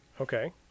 okay